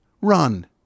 run